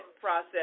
process